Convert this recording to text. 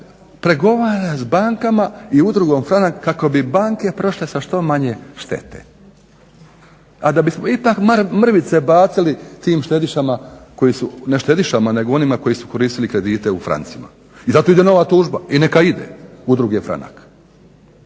pregovara sa bankama i Udrugom "Franak" kako bi banke prošle sa što manje štete. A da bismo i mrvice bacili tim štedišama koji su, ne štedišama nego onima koji su koristili kredite u francima. I zato ide nova tužba i neka ide udruge "Franak",